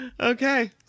Okay